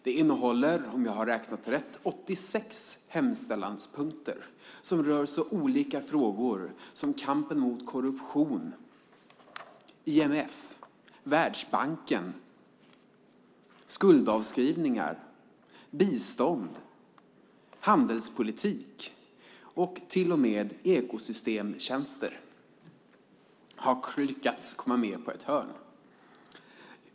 Det innehåller om jag har räknat rätt 86 hemställanspunkter som rör så olika frågor som kampen mot korruption, IMF, Världsbanken, skuldavskrivningar, bistånd, handelspolitik och till och med ekosystemtjänster som har lyckats komma med på ett hörn.